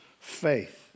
faith